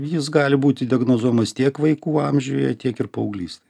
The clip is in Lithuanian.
jis gali būti diagnozuojamas tiek vaikų amžiuje tiek ir paauglystėj